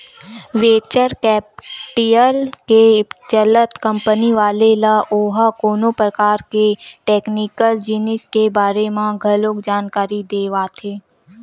venture capital के चलत company वाले ल ओहा कोनो परकार के टेक्निकल जिनिस के बारे म घलो जानकारी देवाथे